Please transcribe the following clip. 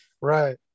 right